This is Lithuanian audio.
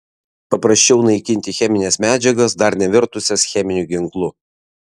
paprasčiau naikinti chemines medžiagas dar nevirtusias cheminiu ginklu